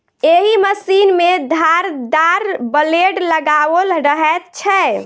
एहि मशीन मे धारदार ब्लेड लगाओल रहैत छै